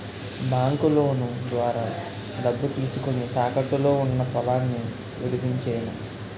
బాంకులోను ద్వారా డబ్బు తీసుకొని, తాకట్టులో ఉన్న పొలాన్ని విడిపించేను